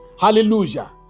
Hallelujah